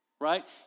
right